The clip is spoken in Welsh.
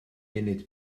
munud